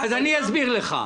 אז אני אסביר לך.